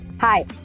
Hi